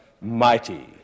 mighty